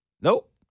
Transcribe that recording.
Nope